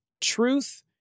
truth